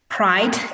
pride